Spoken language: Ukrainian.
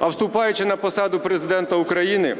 А вступаючи на посаду Президента України,